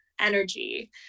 energy